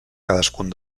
cadascun